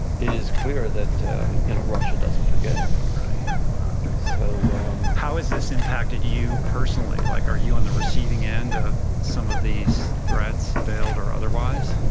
it is clear that you know russia doesn't forget. right, wow. so how has this impacted you personally? like are you on the receiving end of some of these threats, veiled or otherwise?